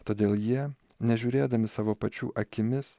todėl jie nežiūrėdami savo pačių akimis